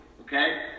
Okay